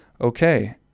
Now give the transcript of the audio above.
okay